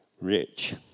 rich